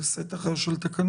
זה סט אחר של תקנות,